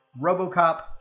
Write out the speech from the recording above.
Robocop